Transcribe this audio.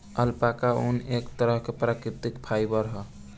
alpaca ऊन, एक तरह के प्राकृतिक फाइबर ह